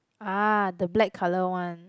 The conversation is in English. ah the black colour one